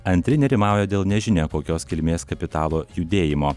antri nerimauja dėl nežinia kokios kilmės kapitalo judėjimo